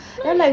like